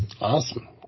Awesome